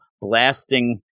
Blasting